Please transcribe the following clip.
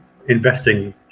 Investing